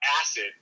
acid